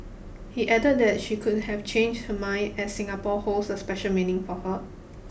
he added that she could have changed her mind as Singapore holds a special meaning for her